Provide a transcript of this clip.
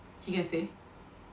he can stay